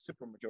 supermajority